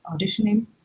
auditioning